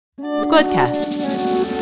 Squadcast